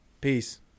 Peace